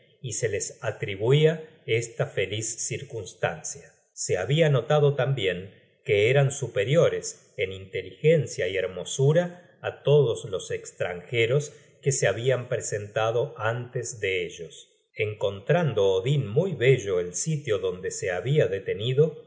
y se les atribuia esta feliz circunstancia se habia notado tambien que eran superiores en inteligencia y hermosura á todos los estranjeros que se habian presentado antes de ellos encontrando odin muy bello el sitio donde se habia detenido